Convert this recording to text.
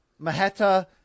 Maheta